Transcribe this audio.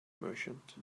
merchant